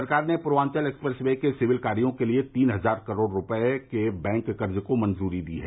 सरकार ने Purvanchal expressway के सिविल कार्यो के लिए तीन हजार करोड़ रूपये के बैंक कर्ज को मंजूरी दी है